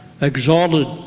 exalted